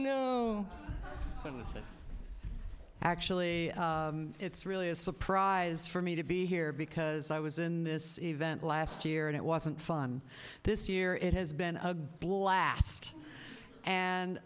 is actually it's really a surprise for me to be here because i was in this event last year and it wasn't fun this year it has been a blast and